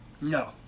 No